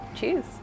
Cheers